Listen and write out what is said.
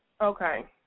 Okay